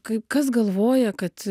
kai kas galvoja kad